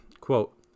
Quote